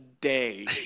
day